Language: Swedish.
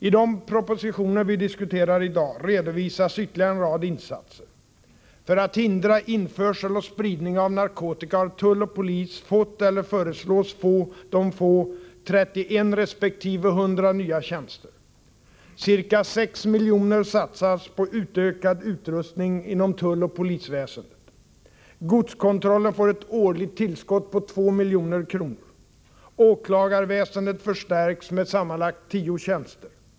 I de propositioner vi diskuterar i dag redovisas ytterligare en rad insatser. För att hindra införsel och spridning av narkotika har tull och polis fått, eller föreslås få, 31 resp. 100 nya tjänster. Ca 6 milj.kr. satsas på utökad utrustning inom tulloch polisväsendet. Godskontrollen får ett årligt tillskott på 2 milj.kr. Åklagarväsendet förstärks med sammanlagt tio tjänster.